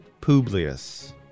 Publius